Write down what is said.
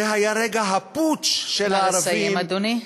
זה היה רגע הפוטש של הערבים, נא לסיים, אדוני.